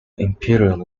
imperial